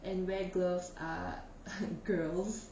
and wear gloves are girls